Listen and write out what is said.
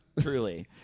Truly